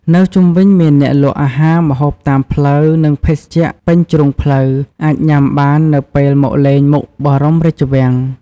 នៅជុំវិញមានអ្នកលក់អាហារ ម្ហូបតាមផ្លូវ និងភេសជ្ជៈពេញជ្រុងផ្លូវ អាចញ៉ាំបាននៅពេលមកលេងមុខបរមរាជវាំង។